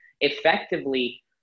effectively